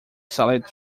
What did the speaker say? salad